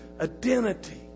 identity